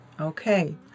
Okay